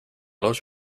los